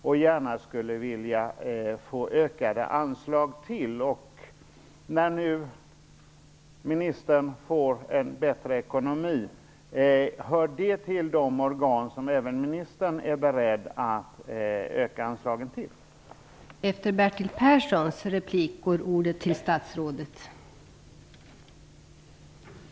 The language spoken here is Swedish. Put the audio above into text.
Vi skulle gärna vilja få ökade anslag till den. Hör det till de organ som även ministern är beredd att öka anslagen till nu när ministern får en bättre ekonomi?